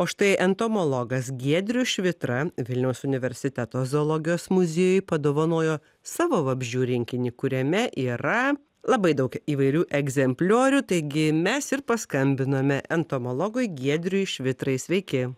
o štai entomologas giedrius švitra vilniaus universiteto zoologijos muziejui padovanojo savo vabzdžių rinkinį kuriame yra labai daug įvairių egzempliorių taigi mes ir paskambinome entomologui giedriui švitrai sveiki